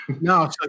No